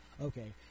Okay